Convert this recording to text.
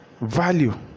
Value